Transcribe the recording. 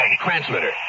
Transmitter